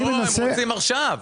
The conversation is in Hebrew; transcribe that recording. הם רוצים עכשיו.